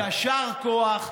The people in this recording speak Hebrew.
יישר כוח.